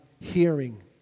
hearing